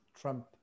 Trump